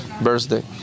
birthday